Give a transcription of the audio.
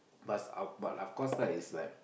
plus of but of course lah it's like